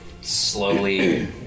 slowly